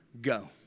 go